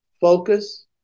focus